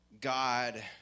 God